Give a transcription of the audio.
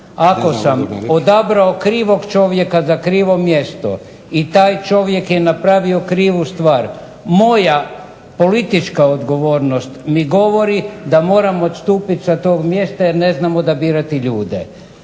ako sam odabrao krivog čovjeka za krivo mjesto i taj čovjek je napravio krivu stvar moja politička odgovornost mi govori da moram odstupit sa tog mjesta jer ne znam odabirati ljude.